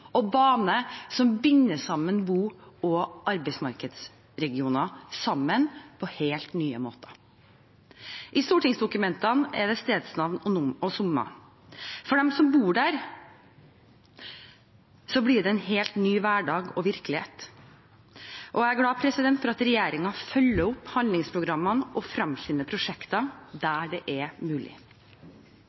eller bane som binder sammen bo- og arbeidsmarkedsregioner på helt nye måter. I stortingsdokumentene er det stedsnavn og summer. For dem som bor der, blir det en helt ny hverdag og en helt ny virkelighet. Jeg er glad for at regjeringen følger opp handlingsprogrammene og fremskynder prosjekter der det er mulig.